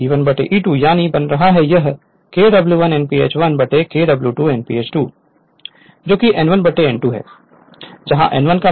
E1 E2 यदि बना है तो यह Kw1 Nph1 Kw2 Nph2 होगा जो कि N1 N2 है